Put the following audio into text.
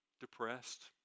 depressed